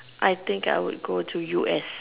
I think I would go to U_S